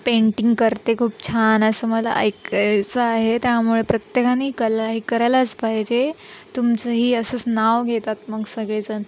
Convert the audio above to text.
painting करते खूप छान असं मला ऐकायचं आहे त्यामुळे प्रत्येकाने कला हे करायलाच पाहिजे तुमचंही असंच नाव घेतात मग सगळेजण